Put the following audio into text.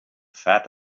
fat